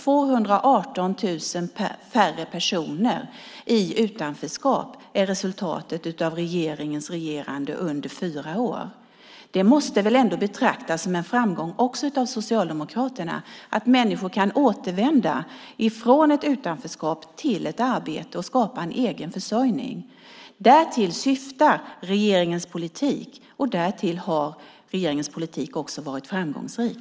Resultatet av regeringens regerande under fyra år är 218 000 färre personer i utanförskap. Det måste väl ändå betraktas som en framgång också av Socialdemokraterna att människor kan återvända från ett utanförskap till ett arbete och skapa en egen försörjning. Därtill syftar regeringens politik, och där har regeringens politik också varit framgångsrik.